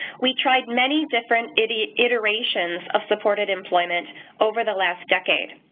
we tried many different iterations of supported employment over the last decade.